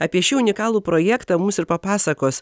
apie šį unikalų projektą mums ir papasakos